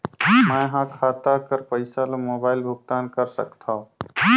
मैं ह खाता कर पईसा ला मोबाइल भुगतान कर सकथव?